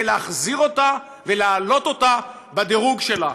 להחזיר אותה ולהעלות אותה בדירוג שלה.